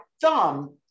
Thumb